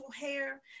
hair